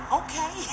okay